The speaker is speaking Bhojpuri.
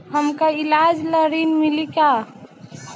हमका ईलाज ला ऋण मिली का?